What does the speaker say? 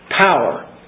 Power